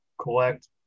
collect